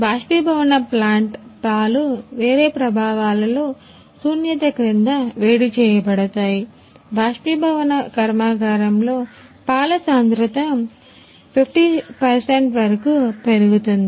బాష్పీభవన plant పాలు వేరే ప్రభావాలలో శూన్యత క్రింద వేడి చేయబడతాయి బాష్పీభవన కర్మాగారంలో పాల సాంద్రత 50 శాతం వరకు పెరుగుతుంది